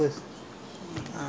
um the